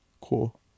cool